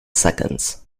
seconds